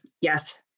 Yes